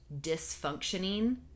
dysfunctioning